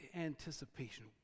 anticipation